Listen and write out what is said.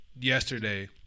yesterday